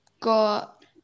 got